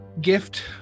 Gift